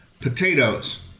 Potatoes